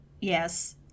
yes